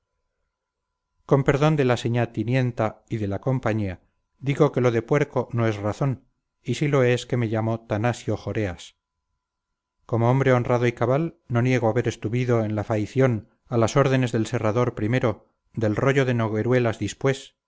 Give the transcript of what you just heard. con perdón de la señá tinienta y de la compañía digo que lo de puerco no es razón y sí lo es que me llamo tanasio joreas como hombre honrado y cabal no niego haber estuvido en la faición a las órdenes del serrador primero del royo de nogueruelas dispués